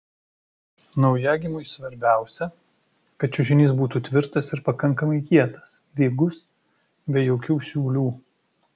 naujagimiui svarbiausia kad čiužinys būtų tvirtas ir pakankamai kietas lygus be jokių siūlių